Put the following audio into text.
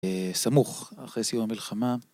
סמוך אחרי סיום המלחמה.